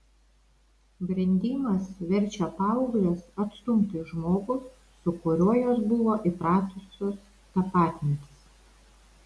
brendimas verčia paaugles atstumti žmogų su kuriuo jos buvo įpratusios tapatintis